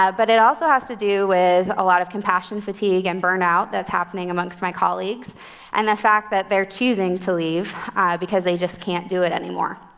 ah but it also has to do with a lot of compassion fatigue and burnout that's happening amongst my colleagues and the fact that they're choosing to leave because they just can't do it anymore.